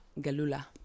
Galula